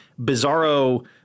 bizarro